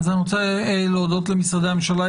אני רוצה להודות למשרדי הממשלה.